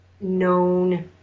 known